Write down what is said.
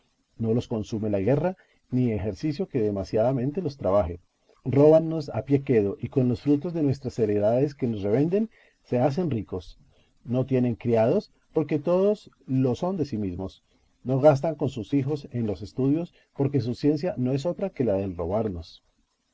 no los consume la guerra ni ejercicio que demasiadamente los trabaje róbannos a pie quedo y con los frutos de nuestras heredades que nos revenden se hacen ricos no tienen criados porque todos lo son de sí mismos no gastan con sus hijos en los estudios porque su ciencia no es otra que la del robarnos